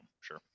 Sure